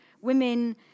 women